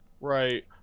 Right